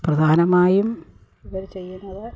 പ്രധാനമായും ഇവര് ചെയ്യുന്നത്